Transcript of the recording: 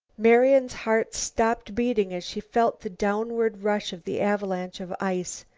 marian's heart stopped beating as she felt the downward rush of the avalanche of ice.